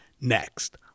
Next